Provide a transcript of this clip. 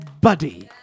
buddy